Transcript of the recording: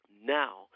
now